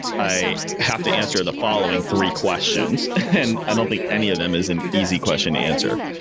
i have to answer the following three questions and i don't think any of them is an easy question to answer.